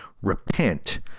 Repent